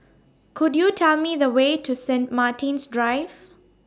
Could YOU Tell Me The Way to Saint Martin's Drive